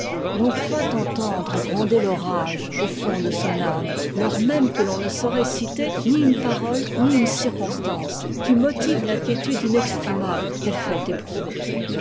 l'on croit entendre gronder l'orage au fond de son âme lors même que l'on ne saurait citer ni une parole ni une circonstance qui motive l'inquiétude inexprimable qu'elle fait éprouver